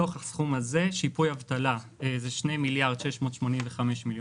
שיפוי אבטלה - 2.685 מיליארד.